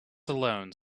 alone